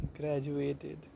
graduated